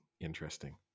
interesting